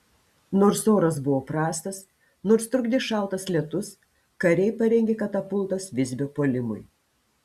nors oras buvo prastas nors trukdė šaltas lietus kariai parengė katapultas visbio puolimui